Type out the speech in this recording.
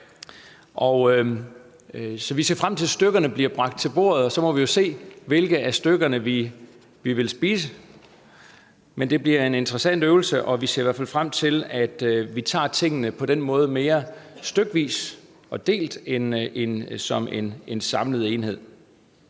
Så vi ser frem til, at stykkerne bliver bragt til bordet, og så må vi jo se, hvilke af stykkerne vi vil spise. Men det bliver en interessant øvelse, og vi ser i hvert fald frem til, at vi på den måde tager tingene mere stykvis og delt frem for en samlet enhed.